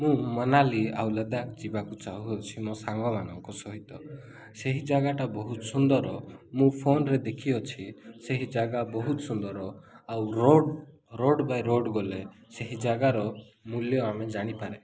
ମୁଁ ମନାଲି ଆଉ ଲଦାଖ ଯିବାକୁ ଚାହୁଁଅଛି ମୋ ସାଙ୍ଗମାନଙ୍କ ସହିତ ସେହି ଜାଗାଟା ବହୁତ ସୁନ୍ଦର ମୁଁ ଫୋନ୍ରେ ଦେଖିଅଛି ସେହି ଜାଗା ବହୁତ ସୁନ୍ଦର ଆଉ ରୋଡ଼୍ ରୋଡ଼୍ ବାଇ ରୋଡ଼୍ ଗଲେ ସେହି ଜାଗାର ମୂଲ୍ୟ ଆମେ ଜାଣିପାରେ